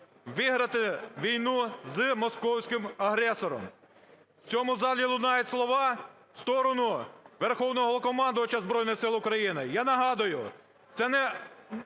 виграти війну з московським агресором. В цьому залі лунають слова в сторону Верховного Головнокомандувача Збройних Сил України. Я нагадую, це не